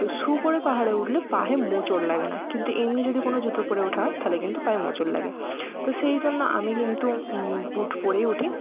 তো শ্যু পরে পাহাড়ে উঠলে পায়ে মোচড় লাগে না কিন্তু এমনি যদি কোনো জুতো পরে ওঠা হয় তাহলে কিন্তু পায়ে মোচড় লাগে তো সেই জন্য আমি কিন্তু বুট পরেই উঠি